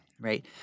right